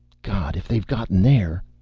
god, if they've gotten there